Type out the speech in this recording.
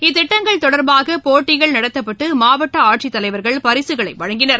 இத்திட்டங்கள் தொடர்பாக போட்டிகள் நடத்தப்பட்டு மாவட்ட ஆட்சித்தலைவர்கள் பரிசுகளை வழங்கினர்